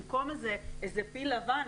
במקום איזה פיל לבן,